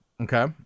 Okay